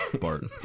Bart